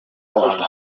abantu